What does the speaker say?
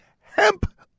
hemp